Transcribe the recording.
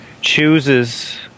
chooses